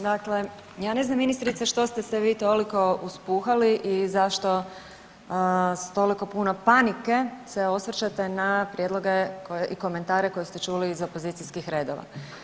Dakle, ja ne znam ministrice što ste vi toliko uspuhali i zašto s toliko puno panike se osvrćete na prijedloge koje i komentare koje ste čuli iz opozicijskih redova.